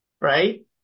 right